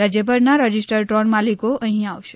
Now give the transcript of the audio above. રાજ્યભરના register drone માલિકો અહીં આવશે